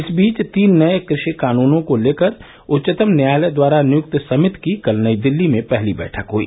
इस बीच तीन नये कृषि कानूनों को लेकर उच्चतम न्यायालय द्वारा नियुक्त समिति की कल नई दिल्ली में पहली बैठक हुई